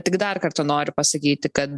tik dar kartą noriu pasakyti kada